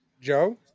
Joe